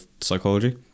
psychology